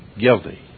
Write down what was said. guilty